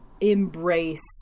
embrace